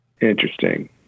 interesting